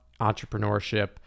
entrepreneurship